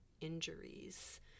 injuries